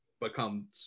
become